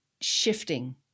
shifting